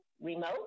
remote